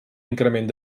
increment